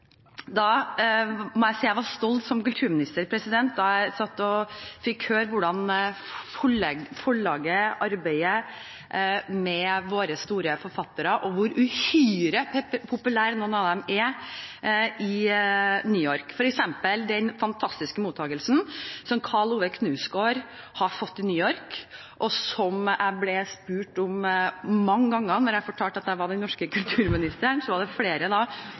må si jeg var stolt som kulturminister da jeg fikk høre hvordan forlaget arbeider med våre store forfattere, og hvor uhyre populære noen av dem er i New York, f.eks. den fantastiske mottakelsen Karl Ove Knausgård har fått i New York, og som jeg ble spurt om mange ganger da jeg fortalte at jeg var den norske kulturministeren. Da var det flere